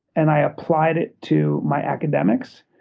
and i applied it to my academics.